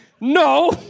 No